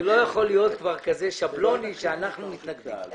זה לא יכול להיות כבר כזה שבלוני כשאתם אומרים שאתם מתנגדים.